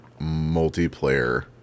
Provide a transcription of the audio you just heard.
multiplayer